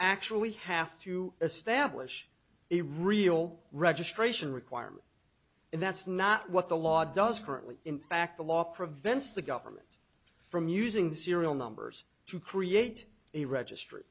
actually have to establish a real registration requirement and that's not what the law does currently in fact the law prevents the government from using the serial numbers to create a registry